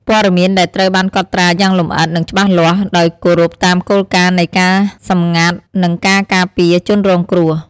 ព័ត៌មានដែលត្រូវបានកត់ត្រាយ៉ាងលម្អិត និងច្បាស់លាស់ ដោយគោរពតាមគោលការណ៍នៃការសម្ងាត់ និងការការពារជនរងគ្រោះ។